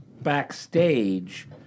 backstage